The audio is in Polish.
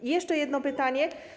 Mam jeszcze jedno pytanie.